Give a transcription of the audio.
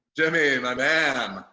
jimmy, my man.